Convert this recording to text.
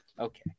Okay